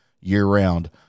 year-round